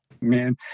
man